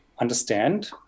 understand